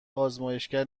آزمایشگر